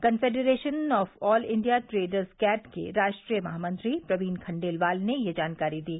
confederation of all India traders CAT के राष्ट्रीय महामंत्री प्रवीन खंडेलवाल ने यह जानकारी दी